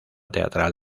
teatral